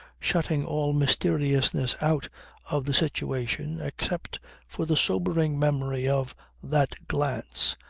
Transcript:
shutting all mysteriousness out of the situation except for the sobering memory of that glance,